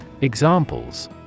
Examples